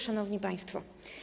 Szanowni Państwo!